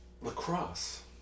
lacrosse